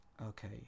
Okay